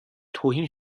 توهین